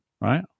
right